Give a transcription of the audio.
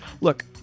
Look